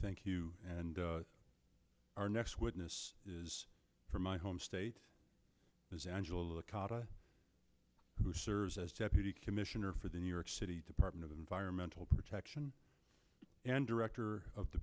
thank you and our next witness is from my home state as angela cotta who serves as deputy commissioner for the new york city department of environmental protection and director of the